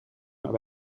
maar